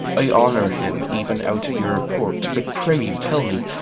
i honour him even out of your report. but pray you tell me,